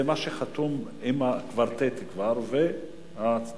זה מה שחתום עם הקוורטט כבר והצדדים.